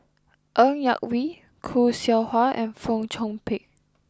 Ng Yak Whee Khoo Seow Hwa and Fong Chong Pik